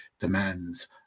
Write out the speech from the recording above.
demands